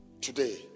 today